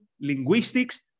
linguistics